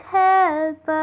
help